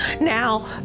Now